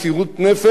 להרוס,